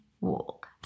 walk